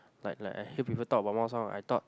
like like I hear people talk about 猫山王:Mao-Shan-Wang I thought